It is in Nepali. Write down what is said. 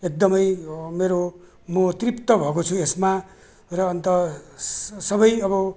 एकदमै मेरो म तृप्त भएको छु यसमा र अन्त स सबै अब